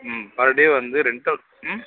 ம் per day வந்து ரெண்ட்டு ம்